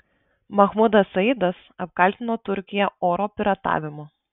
mahmudas saidas apkaltino turkiją oro piratavimu